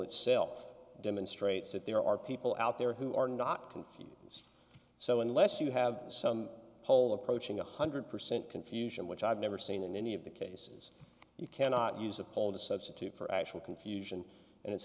itself demonstrates that there are people out there who are not confused so unless you have some poll approaching one hundred percent confusion which i've never seen in any of the cases you cannot use a poll to substitute for actual confusion and it's